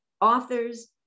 authors